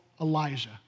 Elijah